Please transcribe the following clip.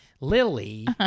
Lily